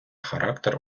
характер